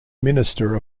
minister